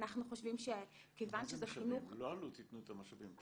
אנחנו חושבים שכיוון שזה חינוך --- לא אלו"ט ייתנו את המשאבים.